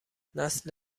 نسل